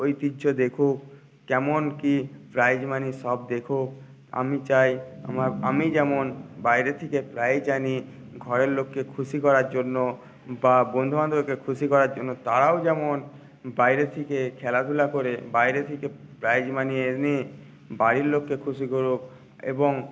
ঐতিহ্য দেখুক কেমন কি প্রাইজ মানি সব দেখুক আমি চাই আমি যেমন বাইরে থেকে প্রাইজ আনি ঘরের লোককে খুশি করার জন্য বা বন্ধুবান্ধবকে খুশি করার জন্য তারাও যেমন বাইরে থেকে খেলাধুলা করে বাইরে থেকে প্রাইজ মানি এনে বাড়ির লোককে খুশি করুক এবং